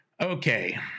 okay